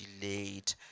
delayed